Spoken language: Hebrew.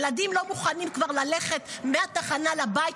ילדים לא מוכנים כבר ללכת מהתחנה לבית,